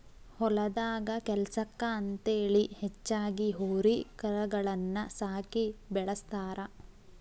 ಹೊಲದಾಗ ಕೆಲ್ಸಕ್ಕ ಅಂತೇಳಿ ಹೆಚ್ಚಾಗಿ ಹೋರಿ ಕರಗಳನ್ನ ಸಾಕಿ ಬೆಳಸ್ತಾರ